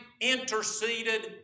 interceded